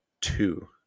two